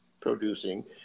producing